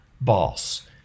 boss